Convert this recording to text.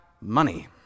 money